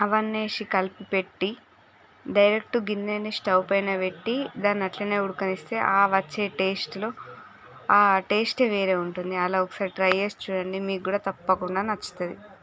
అవన్నీ వేసి కలిపిపెట్టి డైరెక్ట్ గిన్నెను స్టవ్ పైన వెట్టి దాన్ని అట్లనే ఉడకనిస్తే ఆ వచ్చే టేస్ట్లో ఆ టేస్టే వేరే ఉంటుంది అలా ఒకసారి ట్రై చేసి చూడండి మీకు కూడా తప్పకుండా నచ్చుతుంది